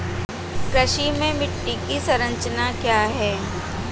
कृषि में मिट्टी की संरचना क्या है?